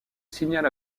signal